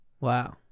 Wow